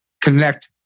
connect